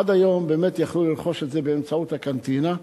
עד היום באמת יכלו לרכוש את זה באמצעות הקנטינה.